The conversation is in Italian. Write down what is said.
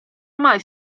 mai